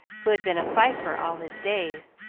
who had been a fifer all his days,